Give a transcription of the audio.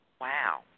Wow